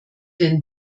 denn